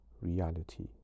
reality